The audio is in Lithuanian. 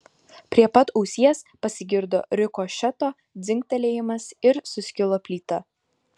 prie pat ausies pasigirdo rikošeto dzingtelėjimas ir suskilo plyta